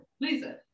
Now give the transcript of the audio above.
Lisa